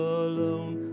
alone